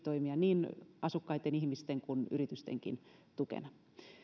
toimia niin asukkaitten ihmisten kuin yritystenkin tukena